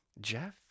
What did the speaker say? Jeff